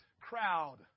crowd